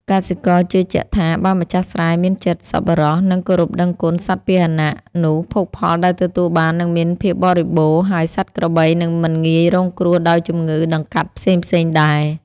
កសិករជឿជាក់ថា បើម្ចាស់ស្រែមានចិត្តសប្បុរស និងគោរពដឹងគុណសត្វពាហនៈ នោះភោគផលដែលទទួលបាននឹងមានភាពបរិបូរណ៍ ហើយសត្វក្របីក៏នឹងមិនងាយរងគ្រោះដោយជំងឺដង្កាត់ផ្សេងៗដែរ។